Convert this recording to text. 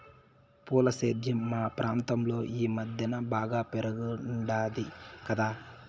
పూల సేద్యం మా ప్రాంతంలో ఈ మద్దెన బాగా పెరిగుండాది కదా